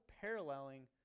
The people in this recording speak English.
paralleling